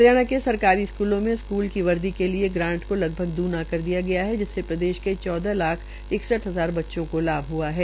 हरियाणा के सरकारी स्कूलों में स्कूल वर्दी के लिए ग्रांट को लगभग द्रना कर दिया गया है जिसमें प्रदेश के चौहद लाख इकसठ हजार बच्चों को लाभ हआ है